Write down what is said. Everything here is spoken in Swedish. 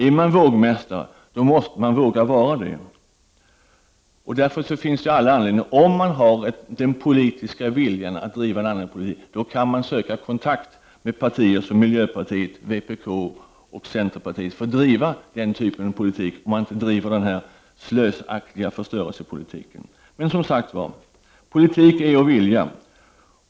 Är man vågmästare måste man också våga vara det. Om man har den politiska viljan att driva en annan politik kan man söka kontakt med partier som miljöpartiet, vpk och centerpartiet för att göra det och inte driva den här slösaktiga förstörelsepolitiken. Men, som sagt, politik är att vilja.